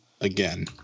Again